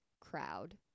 crowd